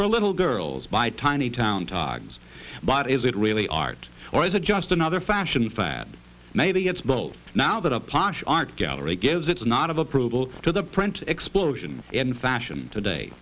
for little girls by tiny town togs but is it really art or is it just another fashion fad maybe it's both now that a posh art gallery gives its not of approval to the french explosion in fashion today